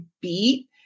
beat